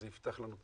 זה יפתח לנו את